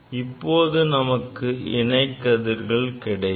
இப்போது நமக்கு இணை கதிர்கள் கிடைக்கும்